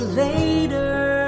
later